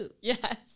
Yes